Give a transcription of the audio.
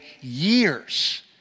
years